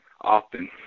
often